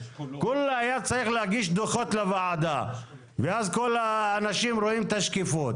בסך הכול היו צריכים להגיש דוחות לוועדה ואז רואים את השקיפות.